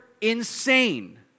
insane